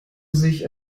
sich